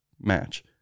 match